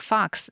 Fox